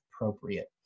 appropriate